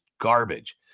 garbage